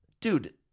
Dude